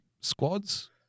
squads